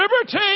Liberty